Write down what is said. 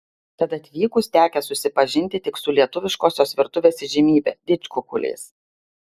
tad atvykus tekę susipažinti tik su lietuviškosios virtuvės įžymybe didžkukuliais